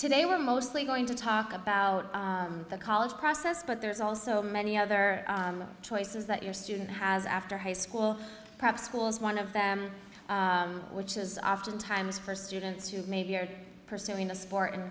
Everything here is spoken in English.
today we're mostly going to talk about the college process but there's also many other choices that your student has after high school prep schools one of them which is oftentimes for students who maybe are pursuing a sport in